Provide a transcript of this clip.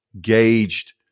gauged